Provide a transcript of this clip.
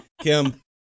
Kim